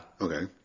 Okay